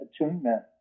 attunement